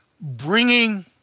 bringing